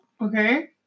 okay